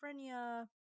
schizophrenia